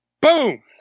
Boom